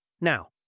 Now